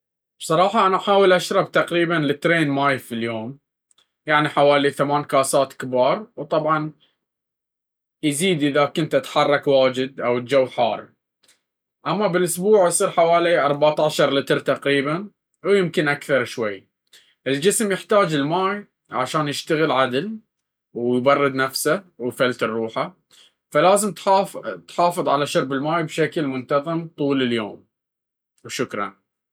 بصراحة، أنا أحاول أشرب تقريبًا لترين ماي في اليوم، يعني حوالي ٨ كاسات كبار. وطبعًا يزيد إذا كنت أتحرك وايد أو الجو حار. أما بالأسبوع، يصير حوالي ١٤ لتر تقريبًا، ويمكن أكثر شوي. الجسم يحتاج الماي عشان يشتغل عدل، فلازم نحافظ نشرب بشكل منتظم طول اليوم.